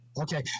Okay